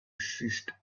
ceased